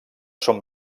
són